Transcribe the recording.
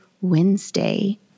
Wednesday